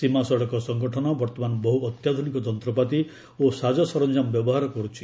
ସୀମା ସଡ଼କ ସଂଗଠନ ବର୍ତ୍ତମାନ ବହୁ ଅତ୍ୟାଧୁନିକ ଯନ୍ତ୍ରପାତି ଓ ସାଜସରଞ୍ଜାମ ବ୍ୟବହାର କରୁଛି